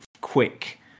quick